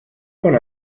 con